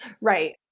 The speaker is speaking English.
Right